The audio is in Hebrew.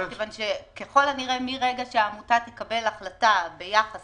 כיוון שמהרגע שהעמותה תקבל החלטה ביחס